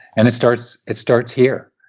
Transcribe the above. and it starts it starts here.